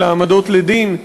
של העמדות לדין,